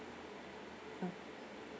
mm